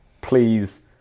please